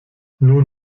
nun